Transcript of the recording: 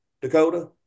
Dakota